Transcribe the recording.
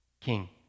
king